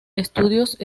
estudios